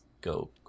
go